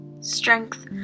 Strength